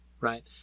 right